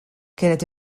kienet